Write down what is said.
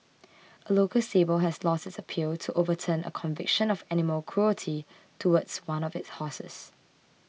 a local stable has lost its appeal to overturn a conviction of animal cruelty towards one of its horses